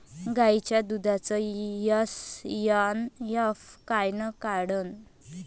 गायीच्या दुधाचा एस.एन.एफ कायनं वाढन?